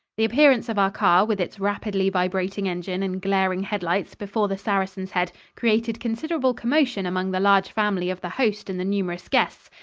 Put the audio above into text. the appearance of our car with its rapidly vibrating engine and glaring headlights before the saracen's head created considerable commotion among the large family of the host and the numerous guests,